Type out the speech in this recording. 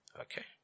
Okay